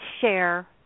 share